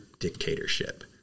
dictatorship